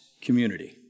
community